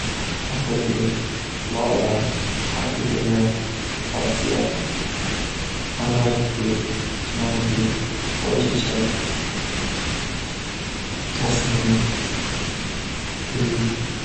Atirgul, lola, orxideya, akatsiya, marvaritgul, chinorgul, boychechak, Jasmin, tulib.